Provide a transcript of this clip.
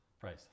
Price